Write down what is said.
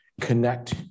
connect